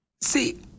See